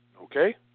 Okay